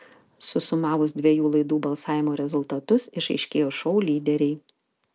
susumavus dviejų laidų balsavimo rezultatus išaiškėjo šou lyderiai